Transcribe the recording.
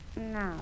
No